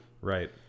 right